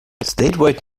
statewide